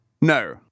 No